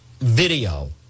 video